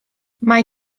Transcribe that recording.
mae